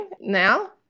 now